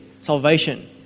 salvation